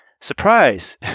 surprise